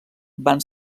van